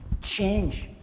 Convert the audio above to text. change